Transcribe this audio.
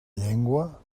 llengua